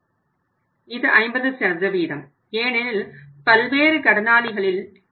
இந்திய சூழ்நிலையில் இந்த பெறத்தக்க கணக்குகள் சுமார் 50 பல்வேறு கடனாளிகளினால் வருகிறது